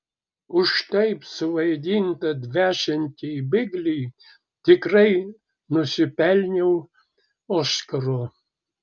už taip suvaidintą dvesiantį biglį tikrai nusipelniau oskaro